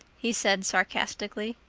he said sarcastically.